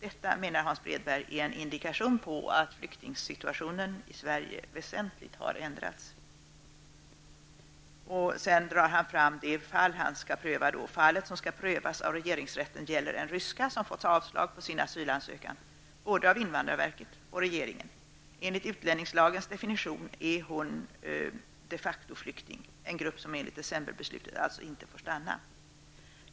Detta, menar Hans Bredberg, är en indikation på att flyktingsituationen i Sverige väsentligt har ändrats. Fallet som skall prövas av regeringsrätten, skriver Hans Bredberg, gäller en ryska som fått avslag på sin asylansökan, både av invandrarverket och regeringen. Enligt utlänningslagens definition är hon en de facto-flykting, en grupp som enligt decemberbeslutet alltså inte får stanna.